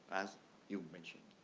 as you mentioned.